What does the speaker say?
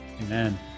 Amen